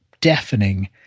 deafening